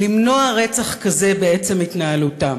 למנוע רצח כזה בעצם התנהלותם.